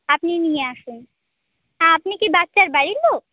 আপনি নিয়ে আসুন আপনি কি বাচ্চার বাড়ির লোক